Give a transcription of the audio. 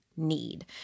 need